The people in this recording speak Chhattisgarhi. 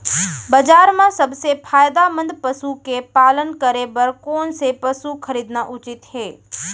बजार म सबसे फायदामंद पसु के पालन करे बर कोन स पसु खरीदना उचित हे?